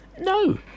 No